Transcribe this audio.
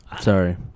Sorry